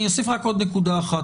אני אוסיף עוד נקודה אחת.